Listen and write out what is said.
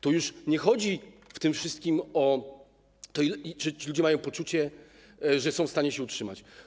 Tu już nie chodzi w tym wszystkim o to, czy ludzie mają poczucie, że są w stanie się utrzymać.